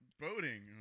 boating